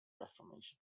reformation